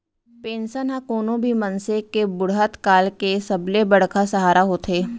pension ह कोनो भी मनसे के बुड़हत काल के सबले बड़का सहारा होथे